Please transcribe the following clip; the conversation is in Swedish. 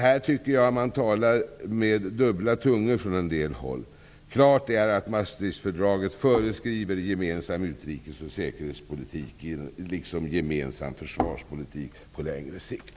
Jag tycker att man talar med dubbla tungor från en del håll. Klart är att Maastrichtfördraget föreskriver gemensam utrikes och säkerhetspolitik liksom gemensam försvarspolitik på längre sikt.